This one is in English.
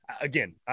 again